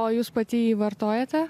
o jūs pati jį vartojate